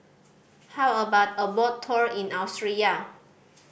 how about a boat tour in Austria